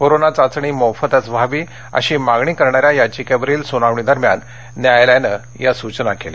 corona चाचणी मोफतच व्हावी अशी मागणी करणाऱ्या याचिकेवरील सुनावणी दरम्यान न्यायालयानं या सूचना केल्या